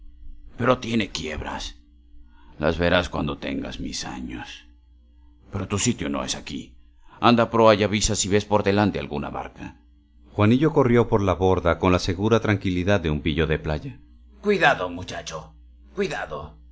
pero tiene quiebras las verás cuando tengas mis años pero tu sitio no es aquí anda a proa y avisa si ves por delante alguna barca juanillo corrió por la borda con la segura tranquilidad de un pillo de playa cuidado muchacho cuidado